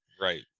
right